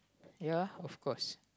ya of course